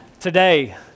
Today